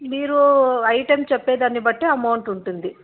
మీరూ ఐటెమ్ చెప్పేదాన్ని బట్టి అమౌంట్ ఉంటుంది